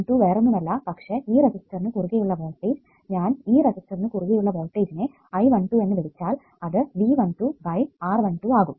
I12 വേറൊന്നുമല്ല പക്ഷെ ഈ റെസിസ്റ്ററിനു കുറുകെയുള്ള വോൾട്ടേജ് ഞാൻ ഈ റെസിസ്റ്ററിനു കുറുകെയുള്ള വോൾട്ടേജ്ജിനെ V12 എന്ന് വിളിച്ചാൽ അത് V12 R12 ആകും